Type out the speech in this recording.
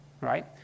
right